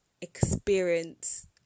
experience